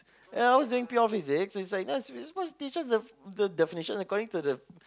ya I was doing pure physics is like yeah he is supposed to teach us the the definitions according to the